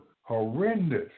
horrendous